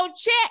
check